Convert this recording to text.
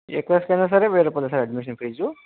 ఏ class కి అయినా సరే వెయ్యి రూపాయలే సార్ అడ్మిషన్ ఫీజు